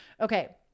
Okay